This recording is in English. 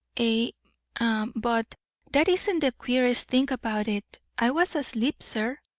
a but that isn't the queerest thing about it. i was asleep, sir,